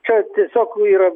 čia tiesiog yra